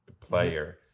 player